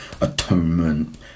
atonement